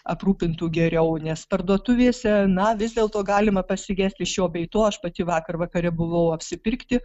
aprūpintų geriau nes parduotuvėse na vis dėlto galima pasigesti šio bei to aš pati vakar vakare buvau apsipirkti